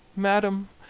madam,